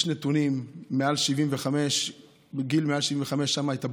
יש נתונים שמעל גיל 75 יש יותר התאבדויות.